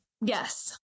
Yes